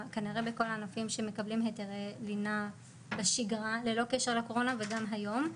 כנראה בכל הנושאים שמקבלים היתרי לינה בשגרה ללא קשר לקורונה וגם היום,